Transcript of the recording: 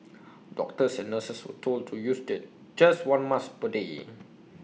doctors and nurses were told to use just one mask per day